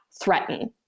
threaten